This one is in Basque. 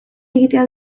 egitea